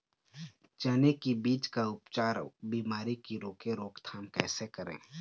चने की बीज का उपचार अउ बीमारी की रोके रोकथाम कैसे करें?